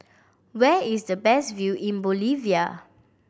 where is the best view in Bolivia